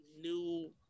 new